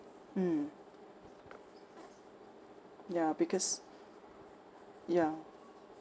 mm ya because ya